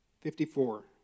Fifty-four